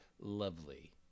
lovely